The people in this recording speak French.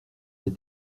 des